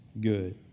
good